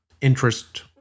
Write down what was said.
interest